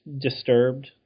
disturbed